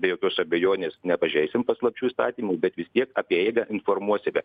be jokios abejonės nepažeisim paslapčių įstatymų bet vis tiek apie eigą informuosime